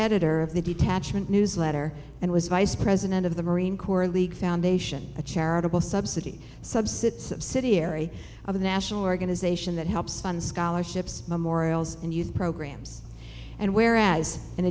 editor of the detachment newsletter and was vice president of the marine corps league foundation a charitable subsidy subsets of city ery of the national organization that helps fund scholarships memorials and youth programs and where as